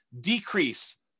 decrease